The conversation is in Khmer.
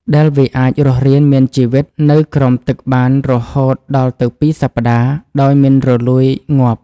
ដែលវាអាចរស់រានមានជីវិតនៅក្រោមទឹកបានរហូតដល់ទៅពីរសប្តាហ៍ដោយមិនរលួយងាប់។